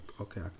okay